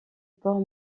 port